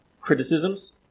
criticisms